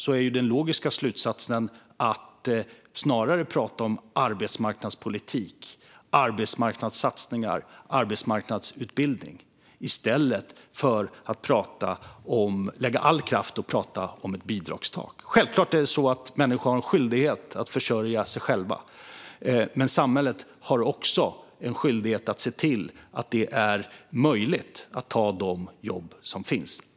Den logiska slutsatsen är då snarare att prata om arbetsmarknadspolitik, arbetsmarknadssatsningar och arbetsmarknadsutbildning i stället för att lägga all kraft på att prata om ett bidragstak. Självklart har människor en skyldighet att försörja sig själva. Men samhället har också en skyldighet att se till att det är möjligt att ta de jobb som finns.